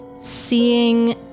seeing